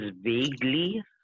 vaguely